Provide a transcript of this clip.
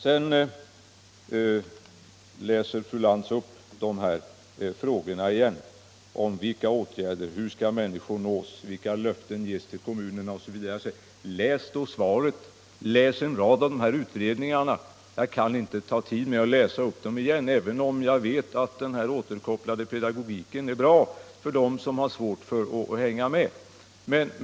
Sedan läser fru Lantz åter upp sina frågor om vilka åtgärder som skall vidtas, hur människorna skall nås, vilka löften som kan ges till kommunerna, osv. Läs då svaret och läs en rad av de här utredningarna! Jag kan inte uppta tiden med att läsa upp svaret en gång till, även om jag vet att den här återkopplade pedagogiken är bra för dem som har svårt att hänga med.